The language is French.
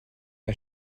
pas